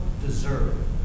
deserve